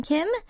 Kim